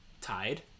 tied